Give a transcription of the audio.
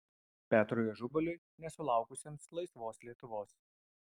petrui ažubaliui nesulaukusiam laisvos lietuvos